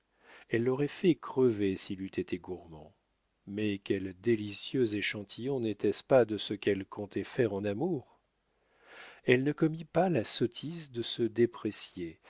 elle l'aurait fait crever s'il eût été gourmand mais quel délicieux échantillon n'était-ce pas de ce qu'elle comptait faire en amour elle ne commit pas la sottise de se déprécier